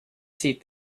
seat